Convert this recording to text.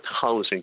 housing